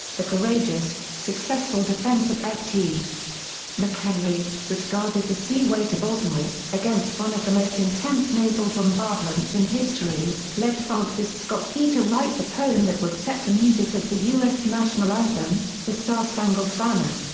the courageous, successful defense of ft. mchenry, which guarded the seaway to baltimore, against one of the most intense naval bombardments in history, led francis scott key to write the poem that was set to music as the u s. national anthem, the star spangled banner.